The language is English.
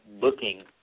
booking